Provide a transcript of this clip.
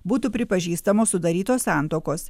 būtų pripažįstamos sudarytos santuokos